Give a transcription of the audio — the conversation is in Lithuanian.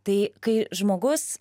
tai kai žmogus